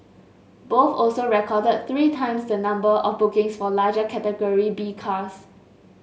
both also recorded three times the number of bookings for larger Category B cars